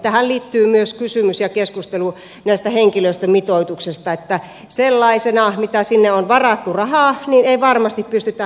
tähän liittyy myös kysymys ja keskustelu tästä henkilöstömitoituksesta että sellaisena mitä sinne on varattu rahaa ei varmasti pystytä henkilöstömitoitusta toteuttamaan